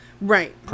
Right